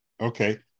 Okay